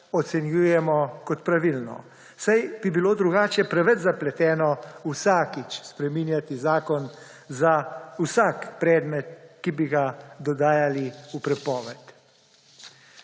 ocenjujemo kot pravilno, saj bi bilo drugače preveč zapleteno vsakič spreminjati zakon za vsak predmet, ki bi ga dodajali v prepoved.